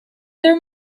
there